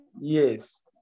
Yes